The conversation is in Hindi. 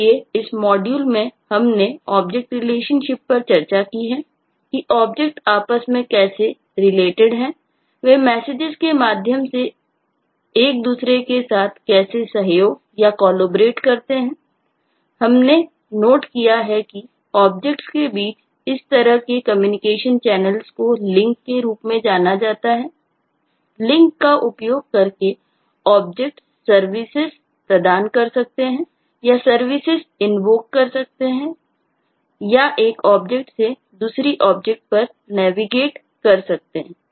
इसलिए इस मॉड्यूल में हमने ऑब्जेक्ट रिलेशनशिप कर सकते हैं